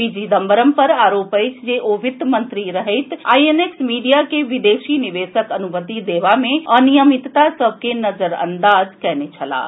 पी चिदंबरम पर आरोप अछि जे ओ वित्त मंत्री रहैत आईएनएक्स मीडिया के विदेशी निवेशक अनुमति देबा मे अनियमितता सभके नजरअंदाज कयने छलाह